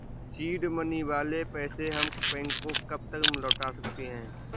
Seed money वाले पैसे हम बैंक को कब तक लौटा सकते हैं?